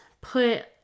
put